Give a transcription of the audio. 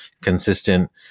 consistent